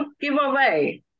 giveaway